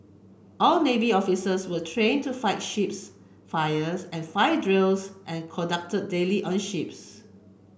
all navy officers were train to fight ships fires and fire drills are conduct daily on ships